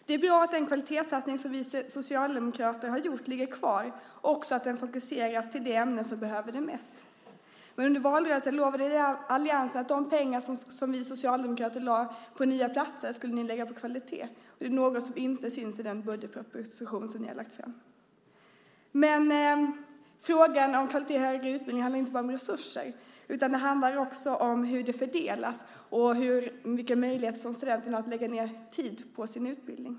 Det är bra att den kvalitetssatsning som vi socialdemokrater har gjort ligger kvar och också att den fokuseras till de ämnen som behöver det mest. Under valrörelsen lovade alliansen att de pengar som vi socialdemokrater satsade på nya platser skulle ni lägga på kvalitet. Det är något som inte syns i den budgetproposition som ni har lagt fram. Frågan om kvalitet i högre utbildning handlar inte bara om resurser. Det handlar också om hur de fördelas och vilka möjligheter som studenterna har att lägga ned tid på sin utbildning.